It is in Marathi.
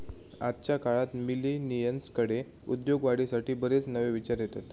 आजच्या काळात मिलेनियल्सकडे उद्योगवाढीसाठी बरेच नवे विचार येतत